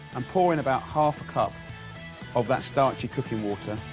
and pour in about half a cup of that starchy cooking water.